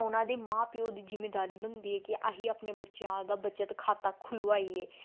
ਉਹਨਾਂ ਦੇ ਮਾਂ ਪਿਓ ਦੀ ਜ਼ਿੰਮੇਦਾਰੀ ਬਣਦੀ ਹੈ ਕਿ ਅਸੀਂ ਆਪਣੇ ਬੱਚਿਆਂ ਦਾ ਬੱਚਤ ਖਾਤਾ ਖੁਲਵਾਈਏ